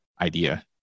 idea